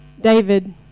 David